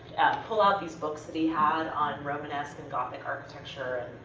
pull out these books that he had on on romanesque and gothic architecture.